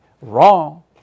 wrong